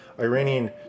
iranian